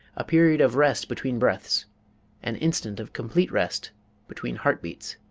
a period of rest between breaths an instant of complete rest between heart beats.